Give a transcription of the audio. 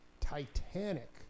titanic